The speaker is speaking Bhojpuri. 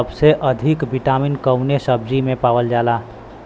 सबसे अधिक विटामिन कवने सब्जी में पावल जाला?